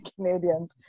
Canadians